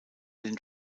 den